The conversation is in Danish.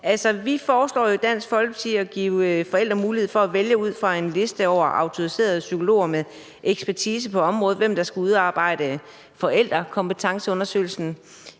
op om. Vi foreslår jo i Dansk Folkeparti at give forældre mulighed for ud fra en liste over autoriserede psykologer med ekspertise på området at vælge, hvem der skal udarbejde forældrekompetenceundersøgelsen.